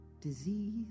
disease